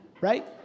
Right